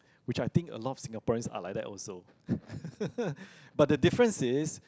which I think a lot of Singaporeans are like that also but the difference is